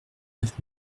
neuf